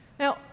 now,